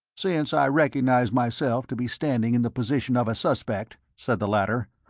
since i recognize myself to be standing in the position of a suspect, said the latter,